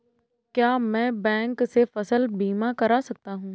क्या मैं बैंक से फसल बीमा करा सकता हूँ?